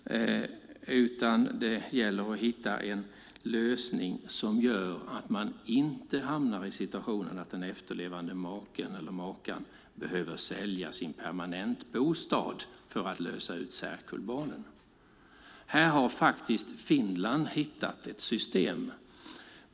Det gäller att hitta en lösning som gör att man inte hamnar i situationen att den efterlevande maken eller makan behöver sälja sin permanentbostad för att lösa ut särkullbarnen. Här har Finland hittat ett system.